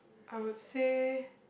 I would say